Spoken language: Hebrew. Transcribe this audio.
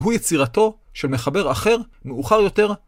הוא יצירתו של מחבר אחר מאוחר יותר.